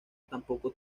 tampoco